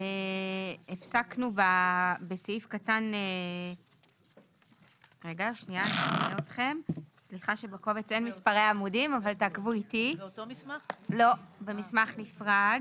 המסמך הוא מסמך נפרד